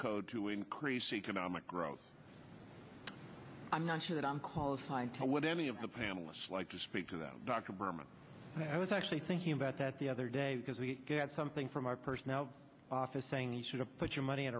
code to increase economic growth i'm not sure that i'm qualified to would any of the panelists like to speak to that dr berman i was actually thinking about that the other day because we get something from our personnel office saying you should have put your money in